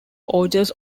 orders